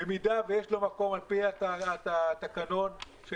במידה ויש לו מקום על פי התקנון של